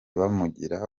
bamugira